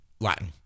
Latin